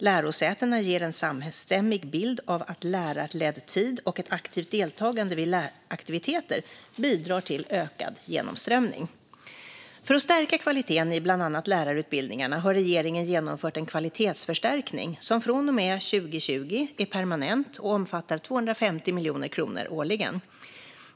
Lärosätena ger en samstämmig bild av att lärarledd tid och ett aktivt deltagande vid läraktiviteter bidrar till ökad genomströmning. För att stärka kvaliteten i bland annat lärarutbildningarna har regeringen genomfört en kvalitetsförstärkning som från och med 2020 är permanent och omfattar 250 miljoner kronor årligen.